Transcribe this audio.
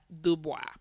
Dubois